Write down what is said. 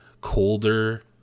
colder